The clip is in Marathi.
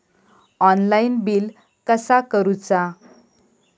ऑनलाइन बिल कसा करुचा?